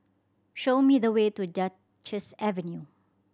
show me the way to Duchess Avenue